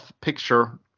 picture